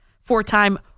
four-time